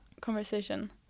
conversation